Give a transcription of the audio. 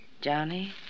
Johnny